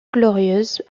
glorieuses